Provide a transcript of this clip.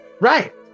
right